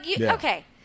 okay